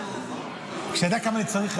שאדע כמה צריך,